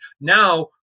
now